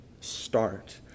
start